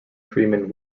freeman